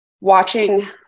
watching